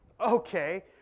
Okay